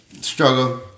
struggle